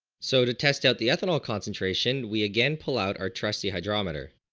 so to test out the ethanol concentration we again pull out our trusty hydrometer.